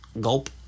gulp